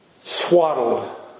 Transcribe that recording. swaddled